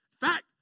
fact